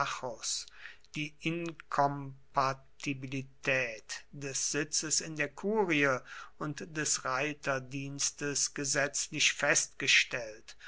die inkompatibilität des sitzes in der kurie und des reiterdienstes gesetzlich festgestellt